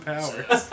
Powers